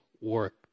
work